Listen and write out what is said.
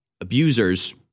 abusers